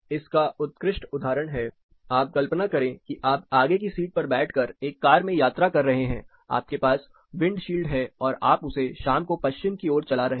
इसका उत्कृष्ट उदाहरण है आप कल्पना करें कि आप आगे की सीट पर बैठकर एक कार में यात्रा कर रहे हैं आपके पास विंडशील्ड है और आप उसे शाम को पश्चिम की ओर चला रहे हैं